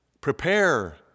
Prepare